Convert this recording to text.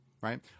Right